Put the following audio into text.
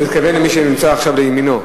הוא אמר שיש לו נציג טוב,